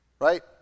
right